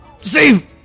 SAVE